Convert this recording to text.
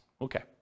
okay